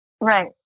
Right